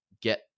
get